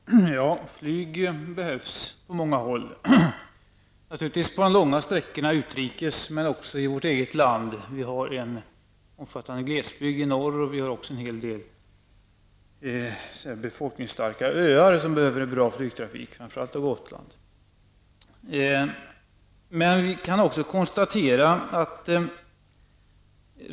Herr talman! Flyget behövs på många håll. Naturligtvis behövs det på de långa utrikessträckorna. Men flyget behövs också i vårt eget land. Det finns ju en omfattande glesbygd i norr. Dessutom finns det en del så att säga befolkningsstarka öar, där en bra flygtrafik är nödvändig. Framför allt tänker jag då på Gotland.